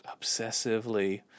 obsessively